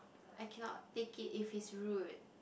I cannot take it if he's rude